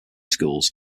schools